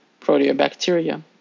proteobacteria